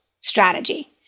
strategy